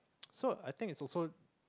so I think it's also